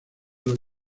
los